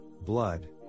blood